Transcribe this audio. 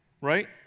right